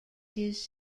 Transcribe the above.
his